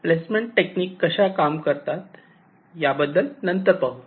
placement technique कशा काम करतात याबद्दल नंतर पाहू